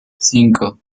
cinco